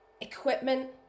Equipment